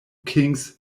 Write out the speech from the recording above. kings